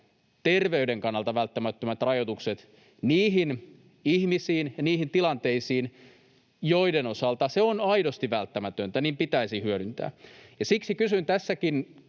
terveyden kannalta välttämättömät rajoitukset niihin ihmisiin ja niihin tilanteisiin, joiden osalta se on aidosti välttämätöntä, pitäisi hyödyntää. Siksi kysynkin